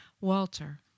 Walter